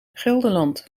gelderland